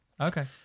Okay